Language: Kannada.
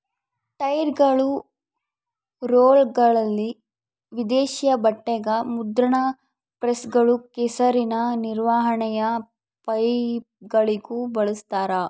ಟೈರ್ಗಳು ರೋಲರ್ಗಳಲ್ಲಿ ದೇಶೀಯ ಬಟ್ಟೆಗ ಮುದ್ರಣ ಪ್ರೆಸ್ಗಳು ಕೆಸರಿನ ನಿರ್ವಹಣೆಯ ಪೈಪ್ಗಳಿಗೂ ಬಳಸ್ತಾರ